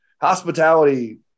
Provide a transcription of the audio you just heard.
hospitality